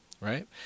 right